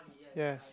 yes